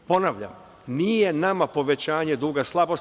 Ponavljam, nije nama povećanje duga slabost.